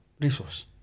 resource